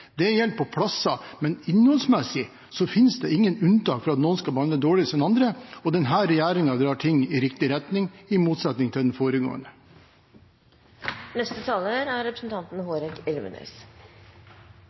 Det gjelder for plasser, men innholdsmessig finnes det ingen unntak for at noen skal behandles dårligere enn andre. Denne regjeringen drar ting i riktig retning, i motsetning til den foregående. Paradeargumentet til Arbeiderpartiet og representanten